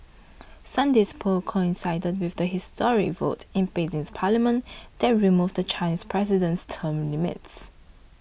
Sunday's polls coincided with the historic vote in Beijing's parliament that removed the Chinese president's term limits